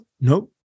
nope